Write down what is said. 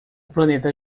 planeta